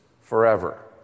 forever